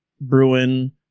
Bruin